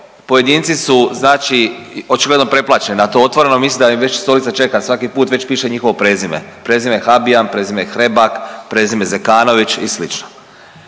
pojedinci su znači očigledno pretplaćeni na to Otvoreno, mislim da ih već stolica čeka svaki put, već piše njihovo prezime, prezime Habijan, prezime Hrebak, prezime Zekanović i